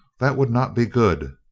that would not be good.